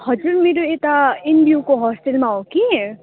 हजुर मेरो यता एनबियुको होस्टलमा हो कि